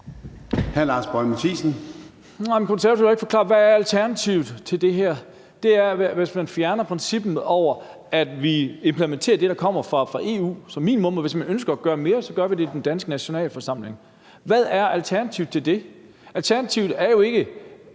hvad alternativet er til, at man fjerner princippet om, at vi implementerer det, der kommer fra EU, som minimum, og hvis man ønsker at gøre mere, gør vi det i den danske nationalforsamling. Hvad er alternativet til det? Alternativet er jo ikke